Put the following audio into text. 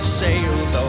sails